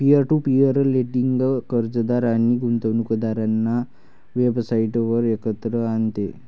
peer to peer lending कर्जदार आणि गुंतवणूकदारांना वेबसाइटवर एकत्र आणते